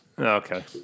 Okay